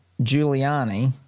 Giuliani